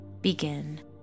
begin